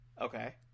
Okay